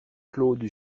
claude